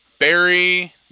Barry